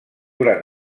gran